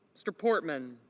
mr. portman